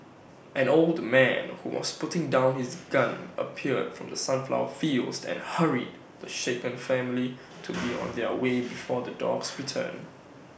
an old man who was putting down his gun appeared from the sunflower fields and hurried the shaken family to be on their way before the dogs return